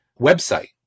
website